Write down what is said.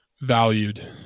valued